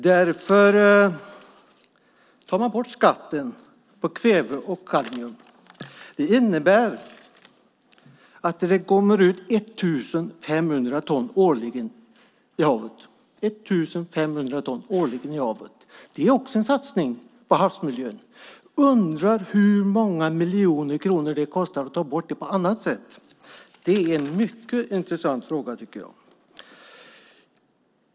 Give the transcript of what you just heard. Därför tar man bort skatten på kväve och kadmium. Det innebär att det kommer ut 1 500 ton årligen i havet. Det är också en satsning på havsmiljön. Jag undrar hur många miljoner kronor det kostar att ta bort det på annat sätt. Det är en mycket intressant fråga, tycker jag.